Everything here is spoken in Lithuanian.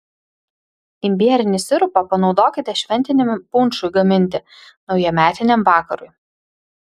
imbierinį sirupą panaudokite šventiniam punšui gaminti naujametiniam vakarui